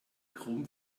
chrome